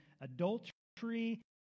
adultery